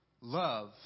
love